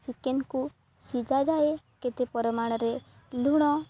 ଚିକେନକୁ ସିଝାଯାଏ କେତେ ପରିମାଣରେ ଲୁଣ